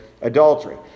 adultery